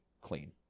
clean